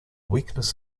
weakness